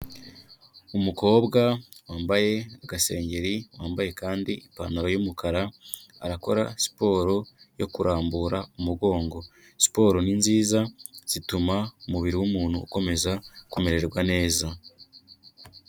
Umukobwa wambaye agasengeri wambaye kandi ipantaro y'umukara arakora siporo yo kurambura umugongo, siporo ni nziza zituma umubiri w'umuntu ukomeza kumererwa neza.